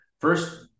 first